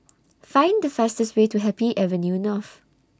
Find The fastest Way to Happy Avenue North